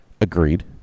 Agreed